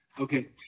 Okay